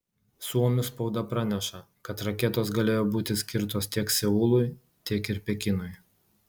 suomių spauda praneša kad raketos galėjo būti skirtos tiek seului tiek ir pekinui